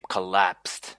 collapsed